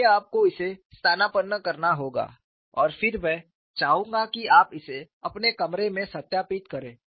इसलिए आपको इसे स्थानापन्न करना होगा और फिर मैं चाहूंगा कि आप इसे अपने कमरों में सत्यापित करें